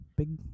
Big